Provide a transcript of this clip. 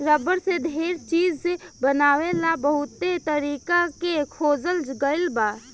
rubber से ढेर चीज बनावे ला बहुते तरीका के खोजल गईल बा